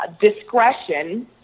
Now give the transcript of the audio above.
discretion